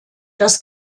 das